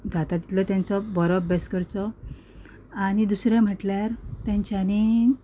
जाता तितलो तेंचो बरो अभ्यास करचो आनी दुसरें म्हणल्यार तेंच्यांनी